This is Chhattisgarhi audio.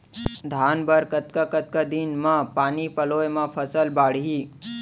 धान बर कतका कतका दिन म पानी पलोय म फसल बाड़ही?